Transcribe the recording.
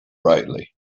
brightly